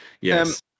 Yes